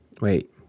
Wait